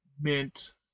mint